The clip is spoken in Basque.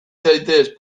zaitez